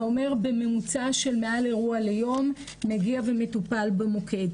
אומר בממוצע של מעל אירוע ביום מגיע ומטופל במוקד.